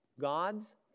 God's